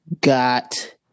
got